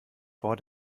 vor